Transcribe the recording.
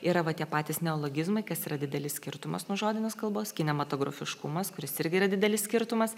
yra va tie patys neologizmai kas yra didelis skirtumas nuo žodinės kalbos kinematografiškumas kuris irgi yra didelis skirtumas